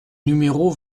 numéro